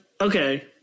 okay